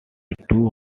two